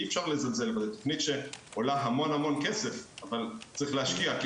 אי אפשר לזלזל בתוכנית שעולה המון כסף אבל צריך להשקיע.